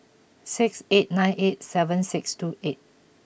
six eight nine eight seven six two eight